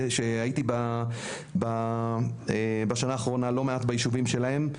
שהייתי בשנה האחרונה לא מעט ביישובים שלהם.